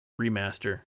remaster